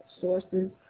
sources